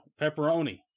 Pepperoni